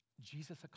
Jesus